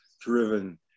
driven